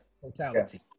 totality